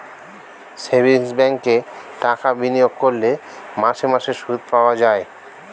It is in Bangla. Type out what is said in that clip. সেভিংস ব্যাঙ্কে টাকা বিনিয়োগ করলে মাসে মাসে সুদ পাওয়া যায়